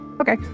okay